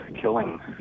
killing